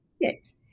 yes